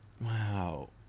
wow